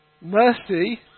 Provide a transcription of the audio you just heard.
mercy